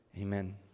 Amen